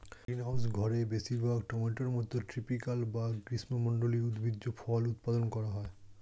greenhouse ঘরে বেশিরভাগ টমেটোর মতো ট্রপিকাল বা গ্রীষ্মমন্ডলীয় উদ্ভিজ্জ ফল উৎপাদন করা হয়